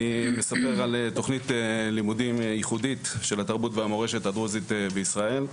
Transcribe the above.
אני מספר על תוכנית לימודים ייחודית של התרבות והמורשת הדרוזית בישראל.